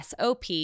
SOP